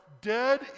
dead